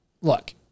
look